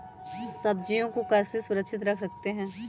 सब्जियों को कैसे सुरक्षित रख सकते हैं?